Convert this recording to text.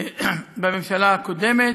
בממשלה הקודמת,